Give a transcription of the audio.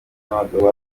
abagabo